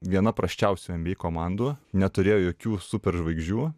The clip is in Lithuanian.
viena prasčiausių nba komandų neturėjo jokių super žvaigždžių